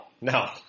no